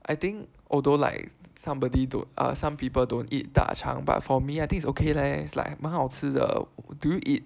I think although like somebody don't some people dont eat 大肠 but for me I think it's okay leh it's like 蛮好吃的 do you eat